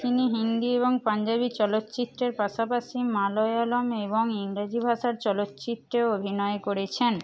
তিনি হিন্দি এবং পাঞ্জাবি চলচ্চিত্রের পাশাপাশি মালয়ালম এবং ইংরেজি ভাষার চলচ্চিত্রেও অভিনয় করেছেন